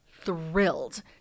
thrilled